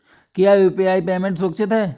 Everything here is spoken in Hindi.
क्या यू.पी.आई पेमेंट सुरक्षित है?